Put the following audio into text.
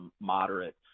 moderate